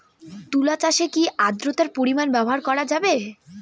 তুলা চাষে কি আদ্রর্তার পরিমাণ ব্যবহার করা যাবে?